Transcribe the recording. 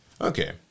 Okay